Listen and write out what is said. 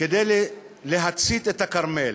כדי להצית את הכרמל.